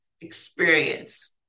experience